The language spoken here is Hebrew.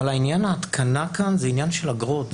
אבל עניין ההתקנה כאן זה עניין של אגרות,